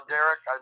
Derek